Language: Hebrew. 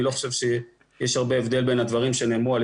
אני לא חושב שיש הרבה הבדל בין הדברים שנאמרו על